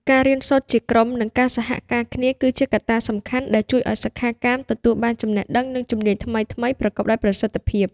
ការរៀនសូត្រជាក្រុម និងការសហការគ្នា គឺជាកត្តាសំខាន់ដែលជួយឲ្យសិក្ខាកាមទទួលបានចំណេះដឹង និងជំនាញថ្មីៗប្រកបដោយប្រសិទ្ធភាព។